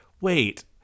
wait